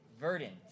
verdant